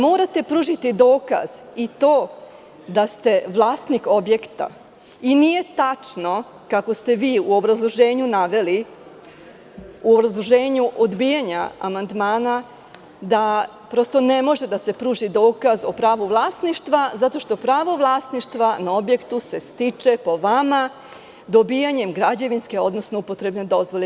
Morate pružiti dokaz da ste vlasnik objekta i nije tačno, kako ste u obrazloženju o odbijanju ovog amandmana naveli, da ne može da se pruži dokaz o pravu vlasništva zato što pravo vlasništva na objektu se stiče po vama dobijanjem građevinske odnosno upotrebne dozvole.